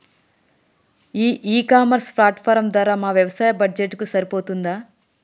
ఈ e commerce platform ధర మా వ్యవసాయ బడ్జెట్ కు సరిపోతుందా?